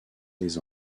des